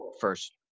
first